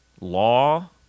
law